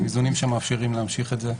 הם איזונים שמאפשרים להמשיך את זה.